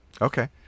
Okay